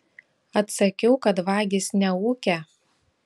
atsakiau kad vagys neūkia